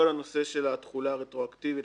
כל הנושא של התחולה הרטרואקטיבית,